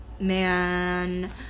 man